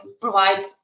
provide